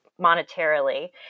monetarily